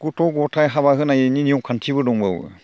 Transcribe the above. गथ' गथाय हाबा होनायनि नियम खान्थिबो दंबावो